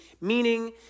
meaning